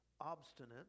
obstinate